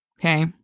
okay